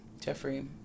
Jeffrey